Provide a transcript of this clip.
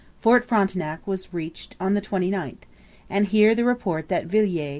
fort frontenac was reached on the twenty ninth and here the report that villiers,